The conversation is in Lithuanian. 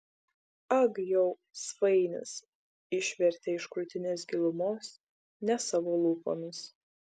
ag jau svainis išvertė iš krūtinės gilumos ne savo lūpomis